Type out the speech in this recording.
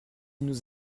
nous